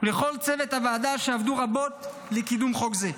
ולכל צוות הוועדה, שעבדו רבות לקידום חוק זה.